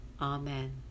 Amen